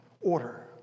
order